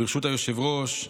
ברשות היושב-ראש,